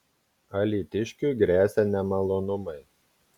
alytiškiui gresia nemalonumai